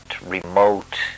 remote